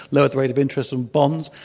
lowered the rate of interest on bonds.